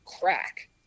crack